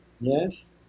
Yes